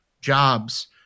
jobs